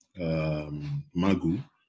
MAGU